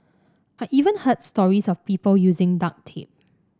I even heard stories of people using duct tape